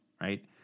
right